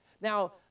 Now